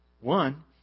One